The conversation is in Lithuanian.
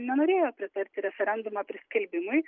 nenorėjo pritarti referendumo priskelbimui